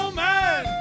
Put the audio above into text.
man